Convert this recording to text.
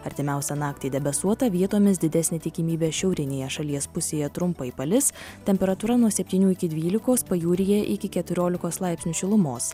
artimiausią naktį debesuota vietomis didesnė tikimybė šiaurinėje šalies pusėje trumpai palis temperatūra nuo septynių iki dvylikos pajūryje iki keturiolikos laipsnių šilumos